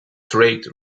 trade